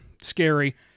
scary